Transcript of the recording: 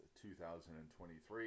2023